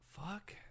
fuck